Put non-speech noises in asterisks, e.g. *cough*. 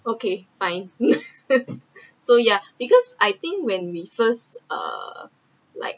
okay fine *laughs* so ya because I think when we first err like